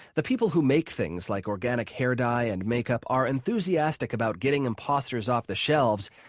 the people who make things like organic hair dye and make up are enthusiastic about getting imposters off the shelves.